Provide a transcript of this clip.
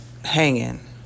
hanging